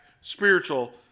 spiritual